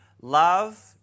love